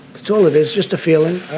still, it is just a feeling.